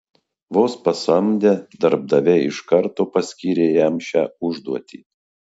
vos pasamdę darbdaviai iš karto paskyrė jam šią užduotį